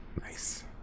Nice